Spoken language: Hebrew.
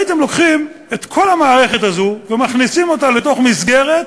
הייתם לוקחים את כל המערכת הזאת ומכניסים אותה לתוך מסגרת,